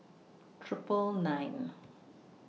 Triple nine